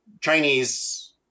Chinese